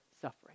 suffering